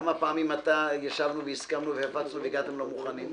כמה פעמים ישבנו והסכמנו והפצנו והגעתם לא מוכנים?